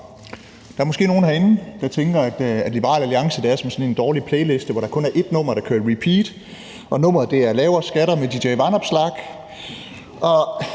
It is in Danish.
Der er måske nogle herinde, der tænker, at Liberal Alliance er som sådan en dårlig playliste, hvor der kun er ét nummer, der kører på repeat, og nummeret er »Lavere skatter« med dj Vanopslagh.